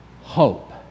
hope